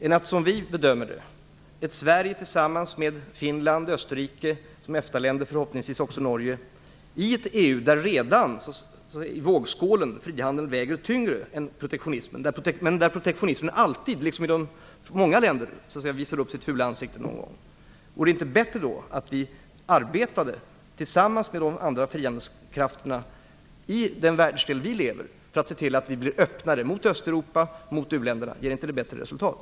I ett EU där frihandeln redan väger tyngre i vågskålen än protektionismen, men där protektionismen, som den alltid gör i många länder, någon gång visar upp sitt fula ansikte, vore det där inte bättre om Sverige arbetade tillsammans med andra frihandelskrafter i vår egen världsdel, tillsammans med EFTA-länder som Finland och Österrike och förhoppningsvis också Norge, för att få till stånd en större öppenhet mot Östeuropa och mot u-länderna? Ger inte det bättre resultat?